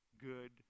good